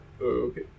Okay